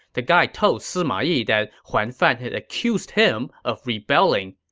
the guy told sima yi that huan fan had accused him of rebelling.